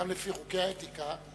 גם לפי חוקי האתיקה,